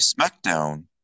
SmackDown